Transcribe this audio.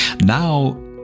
Now